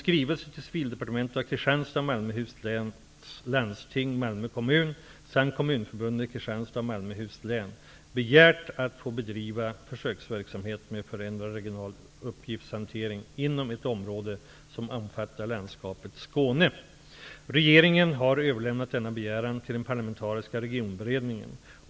Kristianstads och Malmöhus läns landsting, Malmö kommun samt kommunförbunden i Kristianstads och Malmöhus län begärt att få bedriva försöksverksamhet med förändrad regional uppgiftshantering inom ett område som omfattar landskapet Skåne. Regeringen har överlämnat denna begäran till den parlamentariska regionberedningen.